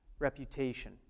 reputation